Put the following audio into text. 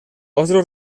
otro